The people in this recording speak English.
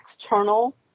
external